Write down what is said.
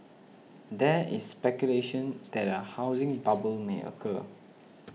there is speculation that a housing bubble may occur